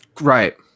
Right